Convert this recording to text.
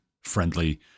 friendly